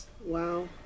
wow